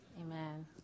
Amen